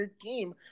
team